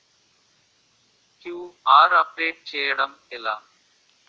QR update చేయడం ఎలా?